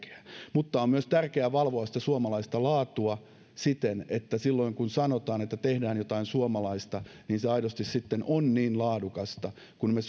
mutta on myös tärkeää valvoa suomalaista laatua siten että silloin kun sanotaan että tehdään jotain suomalaista niin se aidosti sitten on niin laadukasta kuin mitä me